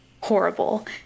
horrible